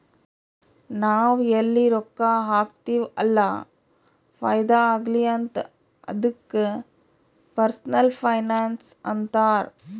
ನಾವ್ ಎಲ್ಲಿ ರೊಕ್ಕಾ ಹಾಕ್ತಿವ್ ಅಲ್ಲ ಫೈದಾ ಆಗ್ಲಿ ಅಂತ್ ಅದ್ದುಕ ಪರ್ಸನಲ್ ಫೈನಾನ್ಸ್ ಅಂತಾರ್